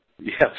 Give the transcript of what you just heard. Yes